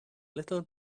little